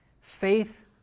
faith